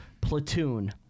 Platoon